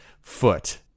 foot